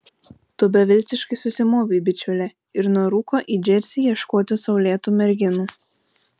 tu beviltiškai susimovei bičiule ir nurūko į džersį ieškoti saulėtų merginų